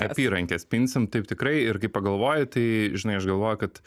apyrankes pinsim taip tikrai ir kai pagalvoji tai žinai aš galvoju kad